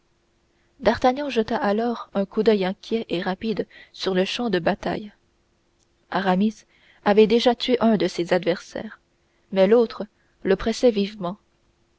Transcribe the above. d'artagnan jeta alors un coup d'oeil inquiet et rapide sur le champ de bataille aramis avait déjà tué un de ses adversaires mais l'autre le pressait vivement